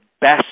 best